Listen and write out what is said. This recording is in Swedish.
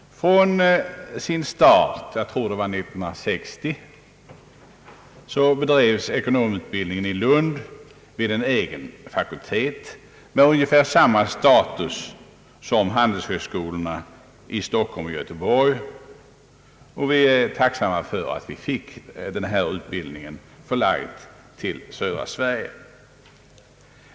Från sin start, jag tror att det var 1960, bedrevs ekonomutbildningen i Lund vid en egen fakultet med ungefär samma status som handelshögskolorna i Stockholm och Göteborg. Vi är tacksamma för att vi fick denna utbildning förlagd till södra Sverige.